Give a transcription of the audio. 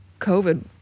COVID